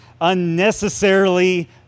Unnecessarily